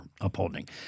upholding